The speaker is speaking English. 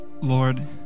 Lord